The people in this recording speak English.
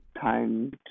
time